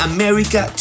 America